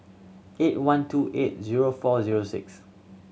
eight one two eight zero four zero six